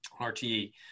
RTE